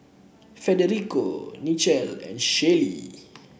Federico Nichelle and Shaylee